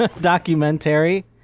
documentary